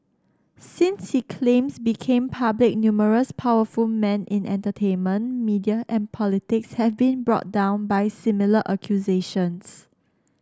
since he claims became public numerous powerful men in entertainment media and politics have been brought down by similar accusations